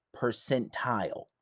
percentile